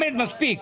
מספיק.